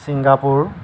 Singapore